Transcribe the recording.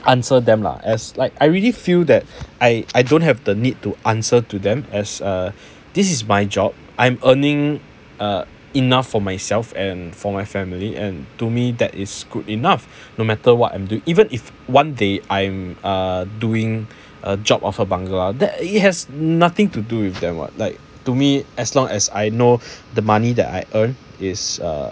I answer them lah as like I really feel that I I don't have the need to answer to them as uh this is my job I'm earning err enough for myself and for my family and to me that is good enough no matter what I'm doing even if one day I'm err doing a job of a bangla that it has nothing to do with them [what] like to me as long as I know the money that I earn is err